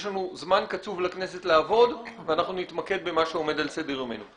יש לכנסת זמן קצוב לעבוד ואנחנו נתמקד במה שעומד על סדר יומנו.